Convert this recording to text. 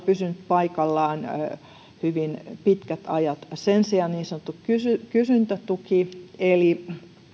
pysynyt paikallaan hyvin pitkät ajat sen sijaan niin sanottu kysyntätuki eli